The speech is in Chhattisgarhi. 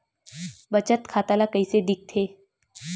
बचत खाता ला कइसे दिखथे?